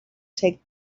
take